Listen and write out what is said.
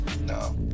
no